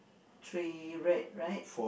three red right